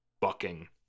bucking